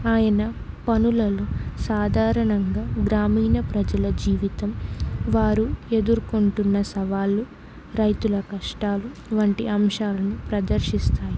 ఆయన పనులలో సాధారణంగా గ్రామీణ ప్రజల జీవితం వారు ఎదుర్కొంటున్న సవాళ్లు రైతుల కష్టాలు వంటి అంశాలను ప్రదర్శిస్తాయి